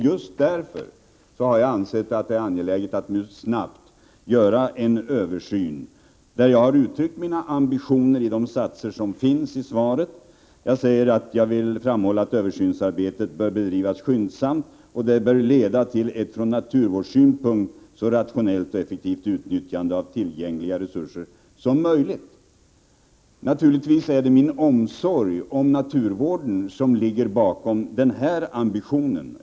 Just därför har jag ansett att det är angeläget att snabbt göra en översyn. Jag har uttryckt mina ambitioner i svaret, där jag säger att ”jag vill framhålla att översynsarbetet, som bör bedrivas skyndsamt, bör leda till ett från naturvårdssynpunkt så rationellt och effektivt utnyttjande av tillgängliga resurser som möjligt”. Naturligtvis är det min omsorg om naturvården som ligger bakom denna ambition.